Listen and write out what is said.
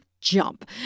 jump